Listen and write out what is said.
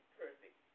perfect